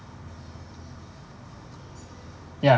ya